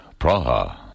Praha